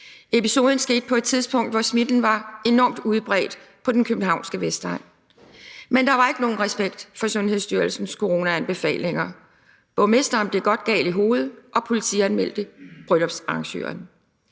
Episoden skete på et tidspunkt, hvor smitten var enormt udbredt på den københavnske vestegn. Men der var ikke nogen respekt for Sundhedsstyrelsens coronaanbefalinger. Borgmesteren blev godt gal i hovedet og politianmeldte bryllupsarrangøren.